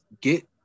get –